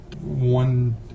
one